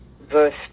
verse